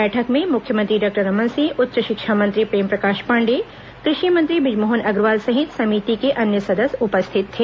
बैठक में मुख्यमंत्री डॉक्टर रमन सिंह उच्च षिक्षा मंत्री प्रेमप्रकाष पांडेय कृषि मंत्री ब्रजमोहन अग्रवाल सहित समिति के अन्य सदस्य उपस्थित थे